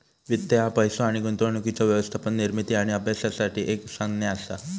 वित्त ह्या पैसो आणि गुंतवणुकीच्या व्यवस्थापन, निर्मिती आणि अभ्यासासाठी एक संज्ञा असा